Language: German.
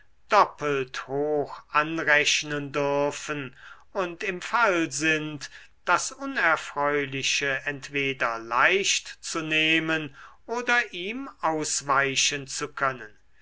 doppelt hoch anrechnen dürfen und im fall sind das unerfreuliche entweder leicht zu nehmen oder ihm ausweichen zu können